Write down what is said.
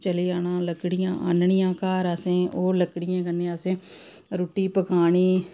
चली जाना लकड़ियां आह्ननियां घर असें लकड़ियैं कन्नै असें रुट्टी पकानी